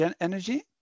energy